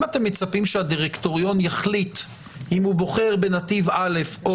אם אתם מצפים שהדירקטוריון יחליט אם הוא בוחר בנתיב א' או